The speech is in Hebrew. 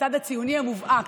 לצד הציוני המובהק,